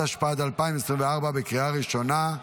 התשפ"ד 2024, בקריאה ראשונה.